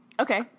Okay